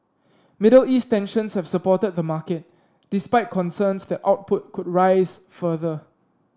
Middle East tensions have supported the market despite concerns that output could rise further